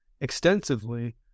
extensively